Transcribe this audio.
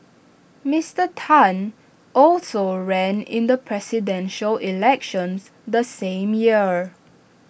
Mister Tan also ran in the Presidential Elections the same year